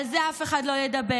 על זה אף אחד לא ידבר.